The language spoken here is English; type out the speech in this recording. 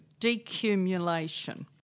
decumulation